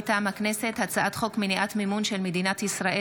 מטעם הכנסת: הצעת חוק מניעת מימון של מדינת ישראל